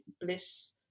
bliss